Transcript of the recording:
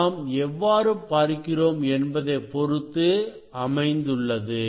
நாம் எவ்வாறு பார்க்கிறோம் என்பதை பொறுத்து அமைந்துள்ளது